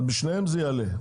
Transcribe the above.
אבל בשניהם זה יעלה.